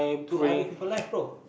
to other people life bro